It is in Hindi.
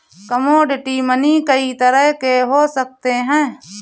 कमोडिटी मनी कई तरह के हो सकते हैं